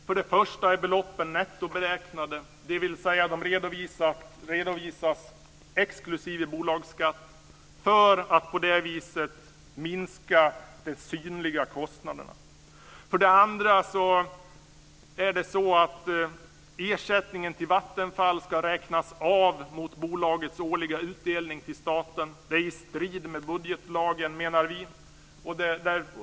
För det första är beloppen nettoberäknade, dvs. de redovisas exklusive bolagsskatt för att man på det viset ska minska de synliga kostnaderna. För det andra ska ersättningen till Vattenfall räknas av mot bolagets årliga utdelning till staten. Det är i strid med budgetlagen, menar vi.